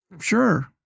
Sure